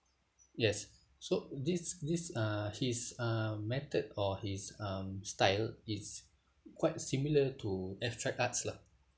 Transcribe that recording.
yes so this this uh his uh method or his um style it's quite similar to abstract arts lah